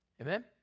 Amen